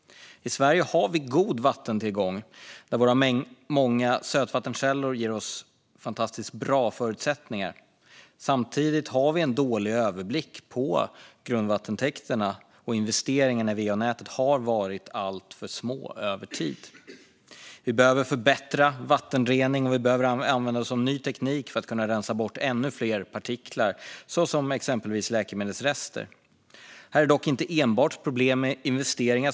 I Sverige har vi god vattentillgång. Våra många sötvattenkällor ger oss fantastiskt bra förutsättningar. Samtidigt har vi en dålig överblick över grundvattentäkterna, och investeringarna i va-nätet har varit alltför små över tid. Vi behöver förbättra vattenreningen, och vi behöver använda oss av ny teknik för att kunna rensa bort ännu fler partiklar, såsom exempelvis läkemedelsrester. Här handlar det dock inte enbart om problem med investeringar.